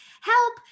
help